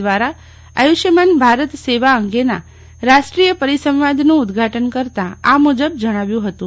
દ્વારા આયુષ્યમાન ભારત સેવા અંગેના રાષ્ટ્રીય પરિસંવાદનું ઉદઘાટન કરતાં આ મુજબ જણાવ્યું હતું